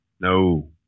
No